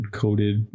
coated